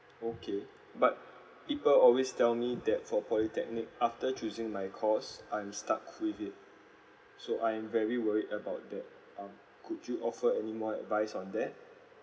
okay but people always tell me that for polytechnic after choosing my course I'm stuck with it so I'm very worried about that um could you offer any more advice on that